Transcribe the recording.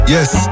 Yes